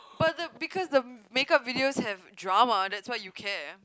but the because the makeup videos have drama that's why you care